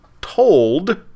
told